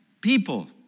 people